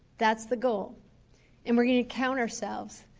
that's the goal and we're going to count ourselves.